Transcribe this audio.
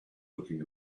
looking